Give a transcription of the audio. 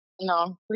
No